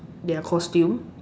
their costume